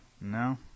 No